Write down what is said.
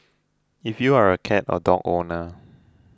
if you are a cat or dog owner